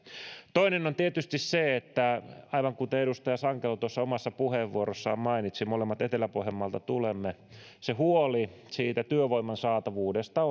toinen on tietysti se aivan kuten edustaja sankelo tuossa omassa puheenvuorossaan mainitsi molemmat tulemme etelä pohjanmaalta että huoli työvoiman saatavuudesta